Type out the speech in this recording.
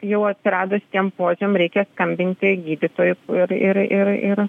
jau atsiradus tiem požymiam reikia skambinti gydytojui ir ir ir ir